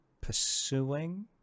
pursuing